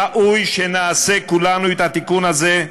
ראוי שנעשה כולנו את התיקון הזה.